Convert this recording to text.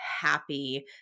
happy